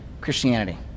Christianity